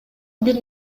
бир